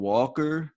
Walker